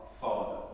Father